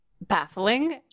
baffling